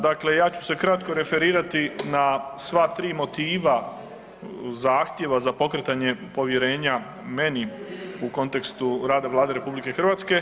Dakle, ja ću se kratko referirati na sva 3 motiva zahtjeva za pokretanje povjerenja meni u kontekstu rada Vlade RH.